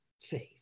faith